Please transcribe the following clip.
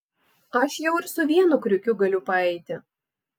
aš jau ir su vienu kriukiu galiu paeiti